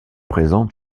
présente